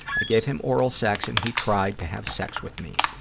i gave him oral sex and he tried to have sex with me.